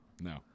No